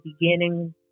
beginning